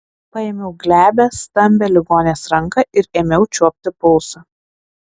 paėmiau glebią stambią ligonės ranką ir ėmiau čiuopti pulsą